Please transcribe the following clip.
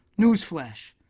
Newsflash